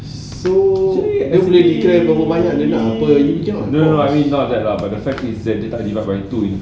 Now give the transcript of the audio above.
so dia boleh declare berapa banyak dia nak apa you cannot